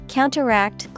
Counteract